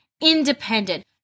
independent